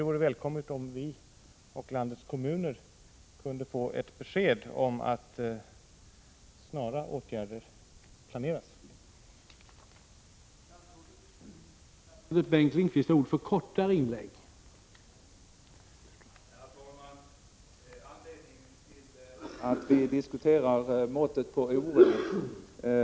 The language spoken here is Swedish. Det vore välkommet om vi och även människor ute i kommunerna kunde få ett besked om att snara åtgärder planeras.